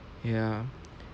ya